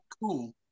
cool